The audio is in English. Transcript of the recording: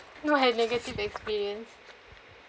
no have negative experience